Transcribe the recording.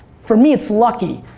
for me, it's lucky.